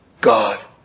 God